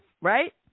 right